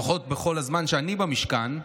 לפחות בכל הזמן שאני במשכן,